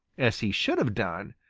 as he should have done,